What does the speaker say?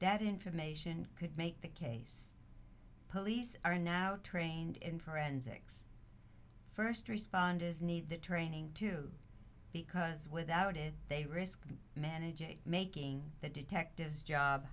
that information could make the case police are now trained in forensics first responders need that training too because without it they risk management making the detectives job